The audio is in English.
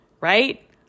right